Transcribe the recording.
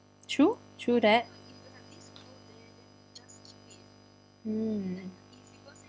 true true that mm